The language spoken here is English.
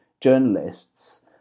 journalists